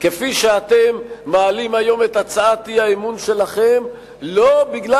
כפי שאתם מעלים היום את הצעת האי-אמון שלכם לא בגלל